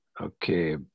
Okay